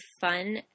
fun